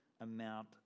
amount